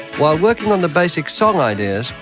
while working on the basic song ideas,